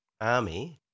army